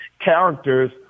characters